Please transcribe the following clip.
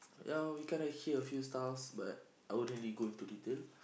ya we kind of hear a few stuffs but I wouldn't really go into detail